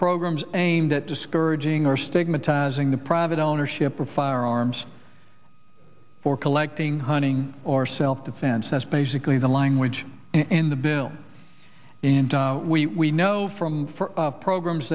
programs aimed at discouraging or stigmatizing the private ownership of firearms for collecting hunting or self defense that's basically the language in the bill and we know from programs